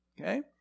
Okay